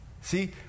see